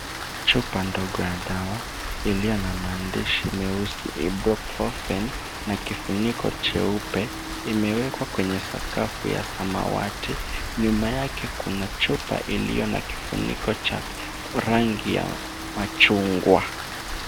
Chupa ndogo ya dawa, iliyo na maandishi meusi Ibuprofen, na kifuniko cheupe, imewekwa kwenye sakafu ya samawati. Nyuma yake kuna chupa iliyo na kifuniko cha rangi ya machungwa.